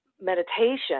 meditation